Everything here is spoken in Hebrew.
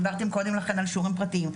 דיברתם קודם לכן על שיעורים פרטיים,